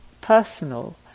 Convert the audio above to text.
personal